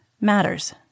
matters